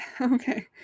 Okay